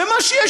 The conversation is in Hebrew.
ומה שיש,